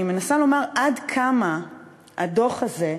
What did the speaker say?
אני מנסה לומר עד כמה הדוח הזה,